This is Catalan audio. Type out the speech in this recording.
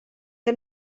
que